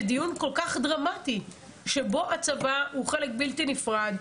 בדיון כל כך דרמטי שבו הצבא הוא חלק בלתי נפרד,